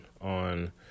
on